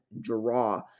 draw